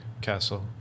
castle